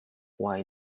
why